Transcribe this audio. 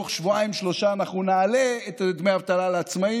שתוך שבועיים-שלושה אנחנו נעלה את דמי האבטלה לעצמאים.